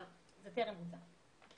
אבל זה טרם בוצע.